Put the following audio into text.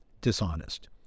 dishonest